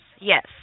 Yes